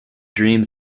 dream